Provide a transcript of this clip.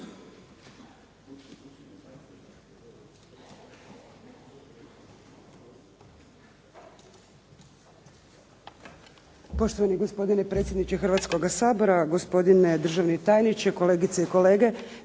Poštovani gospodine predsjedniče Hrvatskoga sabora. Gospodine državni tajniče, kolegice i kolege.